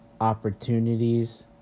opportunities